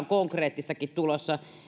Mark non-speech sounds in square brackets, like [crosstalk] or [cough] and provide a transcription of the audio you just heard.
[unintelligible] konkreettistakin tulossa